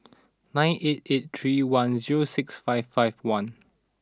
nine eight eight three one zero six five five one